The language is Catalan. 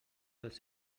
els